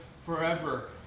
forever